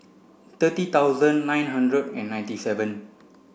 thirty thousand nine hundred and ninety seven